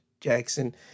Jackson